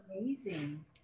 Amazing